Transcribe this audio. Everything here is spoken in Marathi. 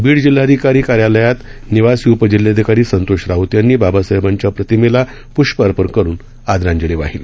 बीड जिल्हाधिकार्यालयात निवासी उपजिल्हाधिकारी संतोष राऊत यांनी बाबासाहेबांच्या प्रतिमेला प्ष्प अर्पण करून आदरांजली वाहिली